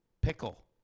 Pickle